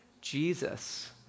Jesus